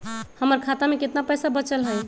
हमर खाता में केतना पैसा बचल हई?